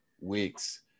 weeks